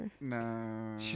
No